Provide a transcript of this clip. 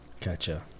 Gotcha